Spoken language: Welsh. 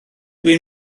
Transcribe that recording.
dwi